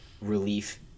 relief